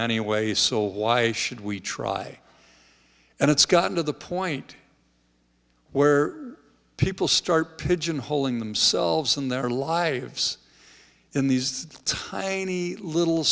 anyway so why should we try and it's gotten to the point where people start pigeon holing themselves in their lives in these tiny little